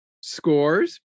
scores